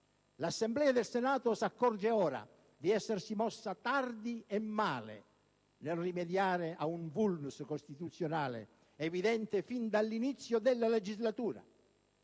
L'Assemblea del Senato si accorge ora di essersi mossa tardi e male nel rimediare a un *vulnus* costituzionale evidente fin dall'inizio della legislatura.